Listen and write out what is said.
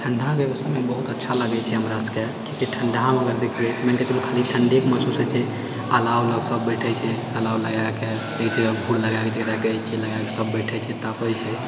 ठण्डाके समय बहुत अच्छा लागैत छै हमरा सबके किआकि ठण्डामे अगर देखबए तऽनहि ककरो खली ठण्डे महसुस होइत छै अलाव लग सब बैठए छै अलाव लगाएके घूर लगाएके जकरा कहैत छिऐ सब बैठै छै तापए छै